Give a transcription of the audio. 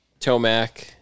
Tomac